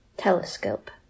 telescope